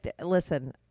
listen